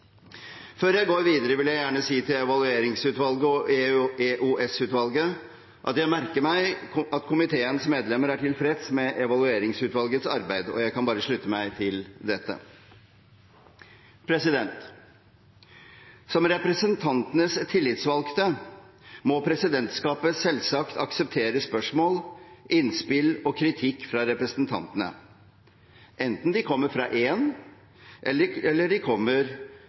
Før jeg går videre, vil jeg gjerne si til Evalueringsutvalget og EOS-utvalget at jeg merker meg at komiteens medlemmer er tilfreds med Evalueringsutvalgets arbeid. Jeg kan bare slutte meg til dette. Som representantenes tillitsvalgte må presidentskapet selvsagt akseptere spørsmål, innspill og kritikk fra representantene, enten de kommer fra én eller